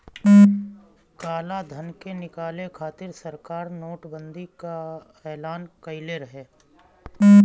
कालाधन के निकाले खातिर सरकार नोट बंदी कअ एलान कईले रहे